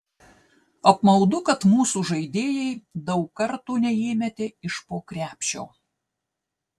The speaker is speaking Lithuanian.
apmaudu kad mūsų žaidėjai daug kartų neįmetė iš po krepšio